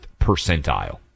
percentile